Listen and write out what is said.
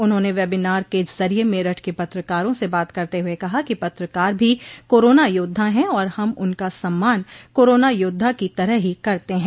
उन्होंने वेबिनार के जरिये मेरठ के पत्रकारों से बात करते हुये कहा कि पत्रकार भी कोरोना योद्धा हैं और हम उनका सम्मान कोरोना योद्धा की तरह ही करते हैं